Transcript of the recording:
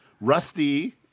Rusty